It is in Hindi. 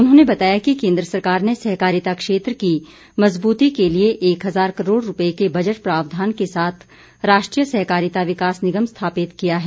उन्होंने बताया कि केन्द्र सरकार ने सहकारिता क्षेत्र की मज़बूती के लिए एक हज़ार करोड़ रूपए के बजट प्रावधान के साथ राष्ट्रीय सहकारिता विकास निगम स्थापित किया है